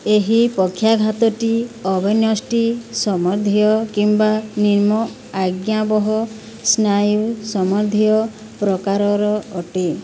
ଏହି ପକ୍ଷାଘାତଟି ଅବନ୍ୟଷ୍ଟି ସମ୍ବନ୍ଧୀୟ କିମ୍ବା ନିମ୍ନ ଆଜ୍ଞାବହ ସ୍ନାୟୁ ସମ୍ବନ୍ଧୀୟ ପ୍ରକାରର ଅଟେ